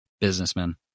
businessman